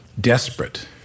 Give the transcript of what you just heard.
desperate